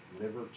liver